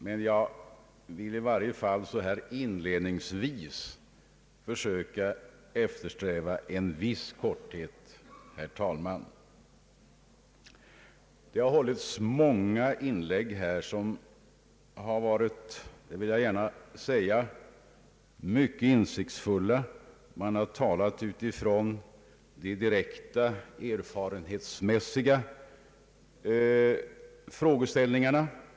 Men jag vill i varje fall så här inledningsvis försöka eftersträva en viss begränsning. Många inlägg har gjorts och de har — det vill jag gärna framhålla — varit mycket intressanta. Flera har talat utifrån de direkta erfarenhetsmässiga frågeställningarna.